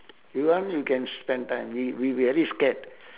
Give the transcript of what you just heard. you want you can spend time we we very scared